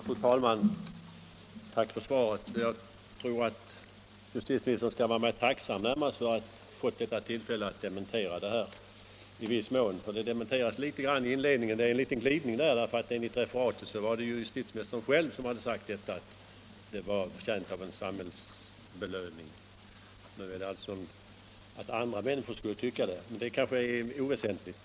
Fru talman! Tack för svaret! Jag tror att justitieministern närmast skall vara mig tacksam för att ha fått detta tillfälle att dementera det här uttalandet i viss mån, för det dementeras litet grand i inledningen. Det är en glidning där, för enligt referatet var det justitieministern själv som stod för uppfattningen att vederbörande var förtjänt av en samhällsbelöning. Nu framställs det så att andra människor skulle tycka det. Men det är kanske oväsentligt.